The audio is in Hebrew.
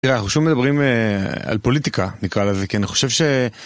נראה, אנחנו שוב מדברים על פוליטיקה, נקרא לזה, כי אני חושב ש...